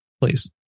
please